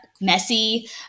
messy